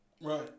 Right